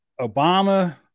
Obama